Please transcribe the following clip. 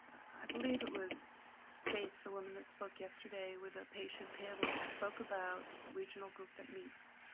i believe it was faith, the woman that spoke yesterday with a patient panel that spoke about the regional group that meets.